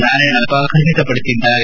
ನಾರಾಯಣಪ್ಪ ಖಚಿತಪಡಿಸಿದ್ದಾರೆ